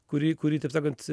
kuri kuri taip sakant